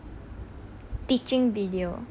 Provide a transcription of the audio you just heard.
teaching video